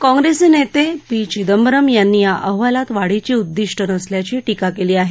काँग्रेसचे ज्येष्ठ नेते पी चिदंबरम यांनी या अहवालात वाढीची उददिष्ट नसल्याची टीका केली आहे